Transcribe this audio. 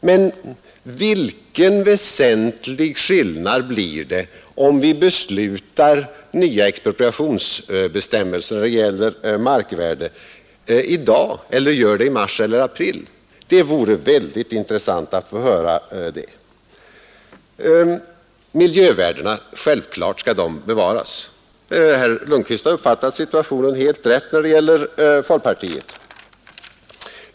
Men vilken väsentlig skillnad är det mellan att i dag besluta om nya bestämmelser om markvärdering vid expropriation och att göra det i mars eller i april? Det vore mycket intressant att få ett besked härom. Det är självklart att miljövärdena skall bevaras. Herr Lundkvist har uppfattat folkpartiets ståndpunkt helt riktigt.